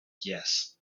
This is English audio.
yes